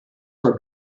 for